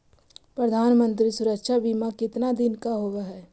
प्रधानमंत्री मंत्री सुरक्षा बिमा कितना दिन का होबय है?